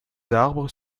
arbres